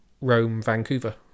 Rome-Vancouver